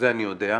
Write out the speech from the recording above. זה אני יודע.